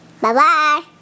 Bye-bye